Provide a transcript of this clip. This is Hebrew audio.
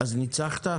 ניצחת?